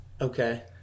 okay